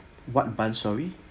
what bun sorry